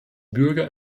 bürger